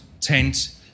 tent